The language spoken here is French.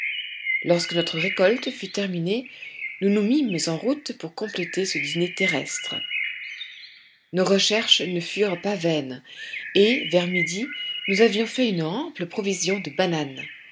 lorsque notre récolte fut terminée nous nous mîmes en route pour compléter ce dîner terrestre nos recherches ne furent pas vaines et vers midi nous avions fait une ample provision de bananes